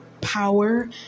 power